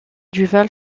duval